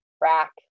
rack